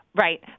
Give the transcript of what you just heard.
Right